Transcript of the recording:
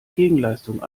gegenleistung